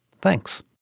Thanks